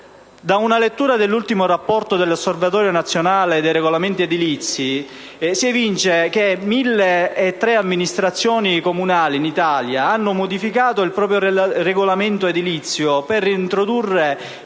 Da una lettura dell'ultimo rapporto dell'Osservatorio nazionale dei regolamenti edilizi si evince che 1.003 amministrazioni comunali in Italia hanno modificato il proprio regolamento edilizio per introdurre